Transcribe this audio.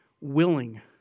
willing